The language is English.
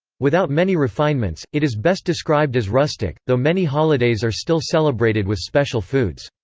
without many refinements, it is best described as rustic, though many holidays are still celebrated with special foods.